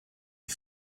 est